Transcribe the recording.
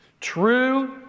True